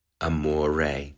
Amore